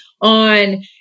on